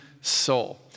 soul